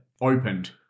opened